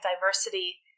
diversity